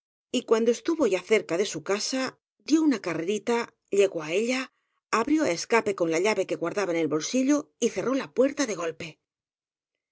y cuando estuvo ya cerca de su casa dió una carrerita llegó á ella abrió á escape con la llave que guardaba en el bolsillo y cerró la puerta de golpe